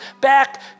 back